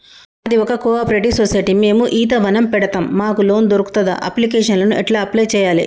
మాది ఒక cooperative society మేము ఈత వనం పెడతం మాకు లోన్ దొర్కుతదా? అప్లికేషన్లను ఎట్ల అప్లయ్ చేయాలే?